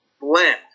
blend